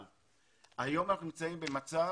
היום אנחנו נמצאים במצב